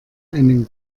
einen